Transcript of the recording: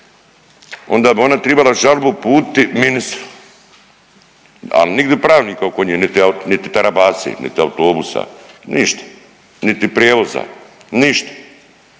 onda bi ona tribala žalbu uputiti ministru, ali nigdi pravnik oko njega niti tarabasi niti autobusa, ništa, niti prijevoza, ništa.